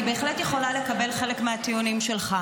אני בהחלט יכולה לקבל חלק מהטיעונים שלך,